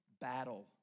battle